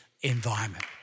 environment